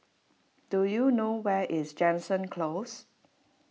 do you know where is Jansen Close